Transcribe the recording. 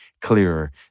clearer